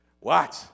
Watch